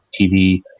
TV